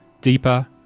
deeper